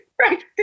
Right